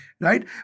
right